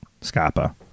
Scapa